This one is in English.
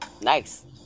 Nice